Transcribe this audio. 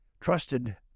trusted